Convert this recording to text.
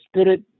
spirit